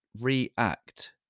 react